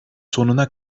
sonuna